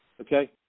Okay